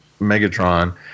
Megatron